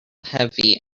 heavy